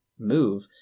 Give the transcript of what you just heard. move